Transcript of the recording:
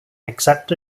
except